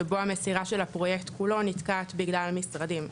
שבו המסירה של הפרויקט כולו נתקעת בגלל משרדים.